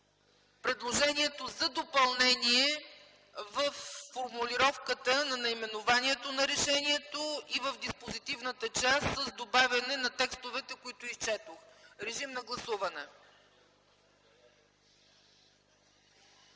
предложението за допълнение във формулировката на наименованието на решението и в диспозитивната част с добавяне на текстовете, които изчетох. РЕПЛИКА ОТ